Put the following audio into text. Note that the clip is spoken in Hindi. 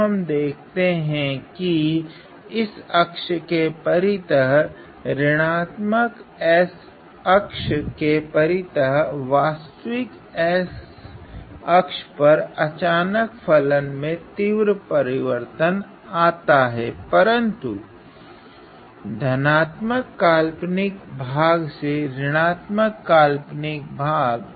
तो हम देखते है की इस अक्ष के परितः ऋणात्मक s अक्ष के परीतः वास्तविक s अक्ष पर अचानक फलन के मान मे एक तीव्र परिवर्तन आता है परंतु धनात्मक काल्पनिक भाग से ऋणात्मक काल्पनिक भाग